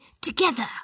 together